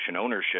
ownership